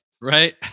Right